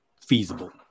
feasible